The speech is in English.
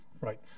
Right